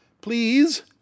Please